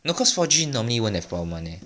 no cause for four G normally won't have problem [one] eh